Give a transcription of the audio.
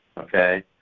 okay